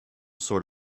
sort